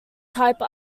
type